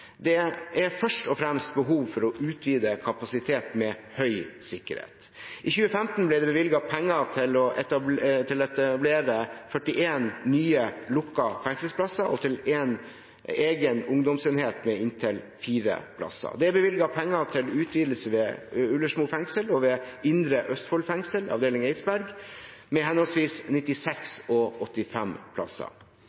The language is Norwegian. Det er først og fremst behov for å utvide kapasitet med høy sikkerhet. I 2015 ble det bevilget penger til å etablere 41 nye lukkede fengselsplasser og én egen ungdomsenhet med inntil fire plasser. Det er bevilget penger til utvidelse ved Ullersmo fengsel og ved Indre Østfold fengsel avdeling Eidsberg, med henholdsvis 96